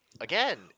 again